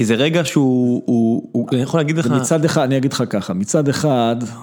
כי זה רגע שהוא, אני יכול להגיד לך, מצד אחד, אני אגיד לך ככה, מצד אחד.